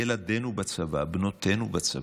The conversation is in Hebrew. ילדינו בצבא, בנותינו בצבא,